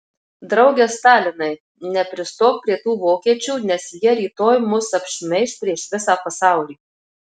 drauge stalinai nepristok prie tų vokiečių nes jie rytoj mus apšmeiš prieš visą pasaulį